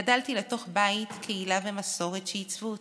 גדלתי לתוך בית, קהילה ומסורת שעיצבו אותי.